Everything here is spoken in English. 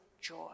joy